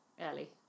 early